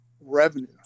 revenue